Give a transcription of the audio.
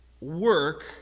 work